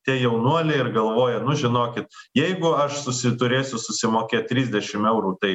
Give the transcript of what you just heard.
tie jaunuoliai ir galvoja nu žinokit jeigu aš susiturėsiu susimokėt trisdešim eurų tai